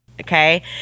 Okay